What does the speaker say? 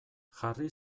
jarri